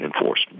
enforced